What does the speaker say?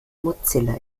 mozilla